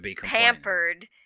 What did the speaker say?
pampered